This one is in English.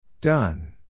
Done